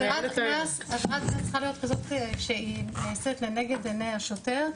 עבירת קנס צריכה להיות כזאת שהיא נעשית לעיני השוטר,